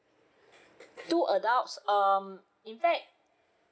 two adults um in fact